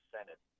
Senate